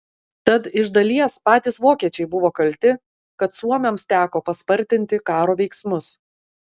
tad iš dalies patys vokiečiai buvo kalti kad suomiams teko paspartinti karo veiksmus